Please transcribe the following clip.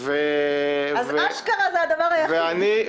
אז אשכרה זה הדבר היחיד.